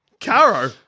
Caro